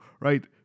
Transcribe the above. right